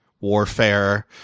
warfare